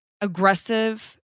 aggressive